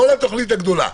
כל התוכנית הגדולה,